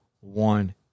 one